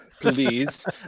please